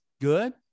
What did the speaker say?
good